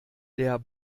der